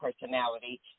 personality